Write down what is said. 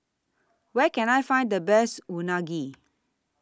Where Can I Find The Best Unagi